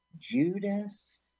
Judas